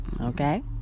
Okay